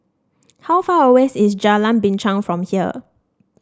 how far away is Jalan Binchang from here